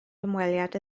hymweliad